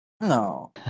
No